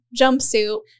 jumpsuit